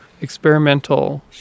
experimental